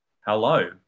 hello